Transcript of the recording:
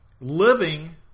living